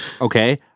Okay